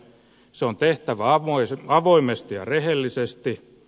se on tehtävä avoimesti ja rehellisesti